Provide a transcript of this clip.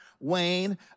Wayne